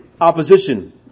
opposition